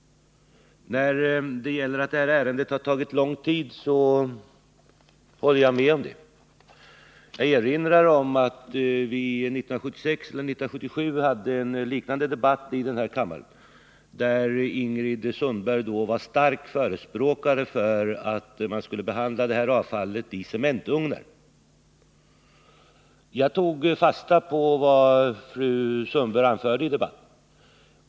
Att det här ärendet har tagit lång tid håller jag med om. Jag erinrar om att vi 1977 hade en liknande debatt i denna kammare. Ingrid Sundberg var då stark förespråkare för att man skulle behandla det här avfallet i cementugnar. Jag tog fasta på vad fru Sundberg anförde i debatten.